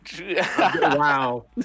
Wow